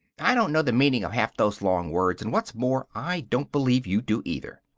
i don't know the meaning of half those long words, and what's more, i don't believe you do either!